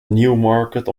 newmarket